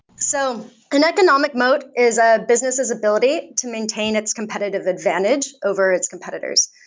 so an economic moat is a business's ability to maintain its competitive advantage over its competitors.